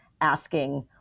asking